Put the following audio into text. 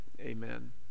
Amen